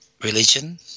religion